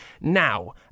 Now